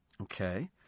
Okay